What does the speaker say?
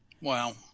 Wow